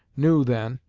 new then,